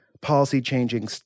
policy-changing